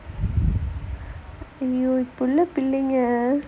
!aiyo! இப்ப இருக்குற பிள்ளைக:ippa irukkura pillaiga